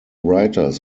writers